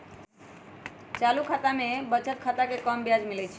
चालू खता में बचत खता से कम ब्याज मिलइ छइ